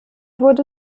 wurde